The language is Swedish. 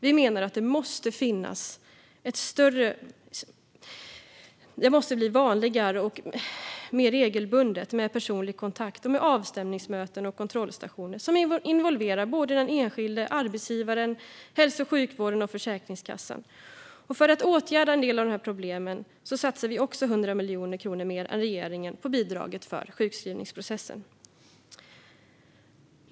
Vi menar att det måste bli vanligare med en regelbunden personlig kontakt och med avstämningsmöten och kontrollstationer som involverar den enskilde, arbetsgivaren, hälso och sjukvården och Försäkringskassan. För att åtgärda en del av dessa problem satsar vi 100 miljoner kronor mer än regeringen också på bidraget för sjukskrivningsprocessen.